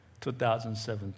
2017